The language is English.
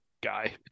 guy